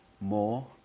more